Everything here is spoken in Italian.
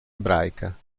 ebraica